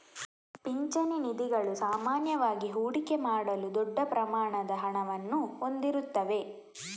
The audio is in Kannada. ಪಿಂಚಣಿ ನಿಧಿಗಳು ಸಾಮಾನ್ಯವಾಗಿ ಹೂಡಿಕೆ ಮಾಡಲು ದೊಡ್ಡ ಪ್ರಮಾಣದ ಹಣವನ್ನು ಹೊಂದಿರುತ್ತವೆ